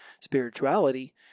spirituality